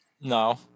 No